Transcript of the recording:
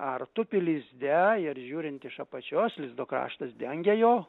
ar tupi lizde ir žiūrint iš apačios lizdo kraštas dengia jo